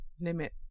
limit